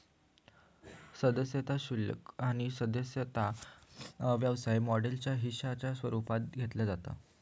सदस्यता शुल्क ह्या सदस्यता व्यवसाय मॉडेलच्या हिश्शाच्या स्वरूपात घेतला जाता